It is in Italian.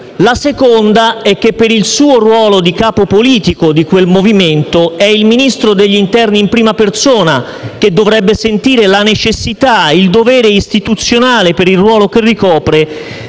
la seconda è che per il suo ruolo di capo politico di quel movimento è il Ministro dell'interno in prima persona che dovrebbe sentire la necessità e il dovere istituzionale, per il ruolo che ricopre,